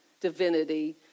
divinity